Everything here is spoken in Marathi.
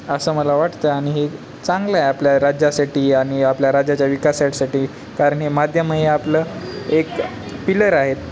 असं मला वाटतं आणि हे चांगलं आहे आपल्या राज्यासाठी आणि आपल्या राज्याच्या विकासासाठी कारण हे माध्यम हे आपलं एक पिलर आहेत